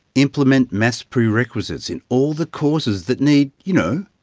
implement maths prerequisites in all the courses that need, you know,